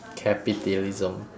capitalism